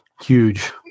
huge